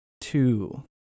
two